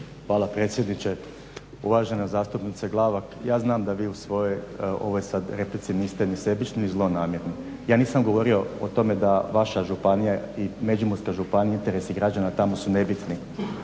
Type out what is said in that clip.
Hvala predsjedniče. Uvažena zastupnice Glavak ja znam da vi u svojoj ovoj sad replici niste ni sebični ni zlonamjerni. Ja nisam govorio o tome da vaša županija i Međimurska županija i interesi građana tamo su nebitni,